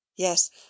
Yes